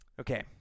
Okay